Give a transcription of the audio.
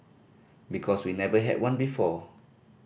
because we never had one before